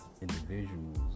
individuals